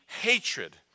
hatred